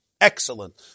Excellent